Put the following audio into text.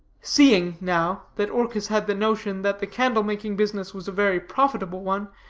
seeing, now, that orchis had the notion that the candle-making business was a very profitable one,